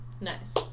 Nice